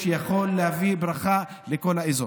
שיכול להביא ברכה לכל האזור.